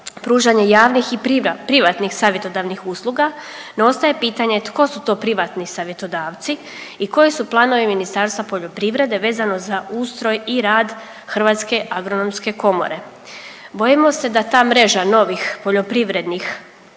pružanje javnih i privatnih savjetodavnih usluga no ostaje pitanje tko su to privatni savjetodavci i koji su planovi Ministarstva poljoprivrede vezano za ustroj i rad Hrvatske agronomske komore. Bojimo se da ta mreža novih poljoprivrednih